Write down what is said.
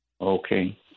Okay